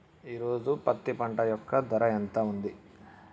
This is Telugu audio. ఈ రోజు పత్తి పంట యొక్క ధర ఎంత ఉంది?